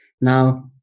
Now